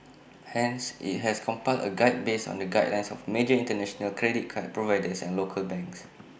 hence IT has compiled A guide based on the guidelines of major International credit card providers and local banks